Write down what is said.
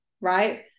right